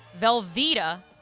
Velveeta